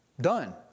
Done